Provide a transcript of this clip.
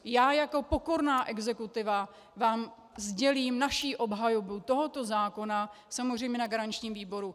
Já jako pokorná exekutiva vám sdělím naši obhajobu tohoto zákona, samozřejmě na garančním výboru.